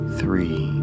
three